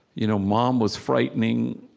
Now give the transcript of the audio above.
you know mom was frightening,